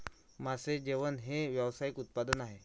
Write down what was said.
मासे जेवण हे व्यावसायिक उत्पादन आहे